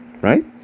right